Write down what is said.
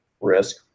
risk